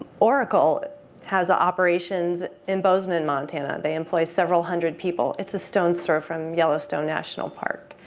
oracle has ah operations in bozeman, montana. they employ several hundred people. it's a stone's throw from yellowstone national park.